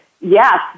yes